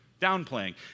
Downplaying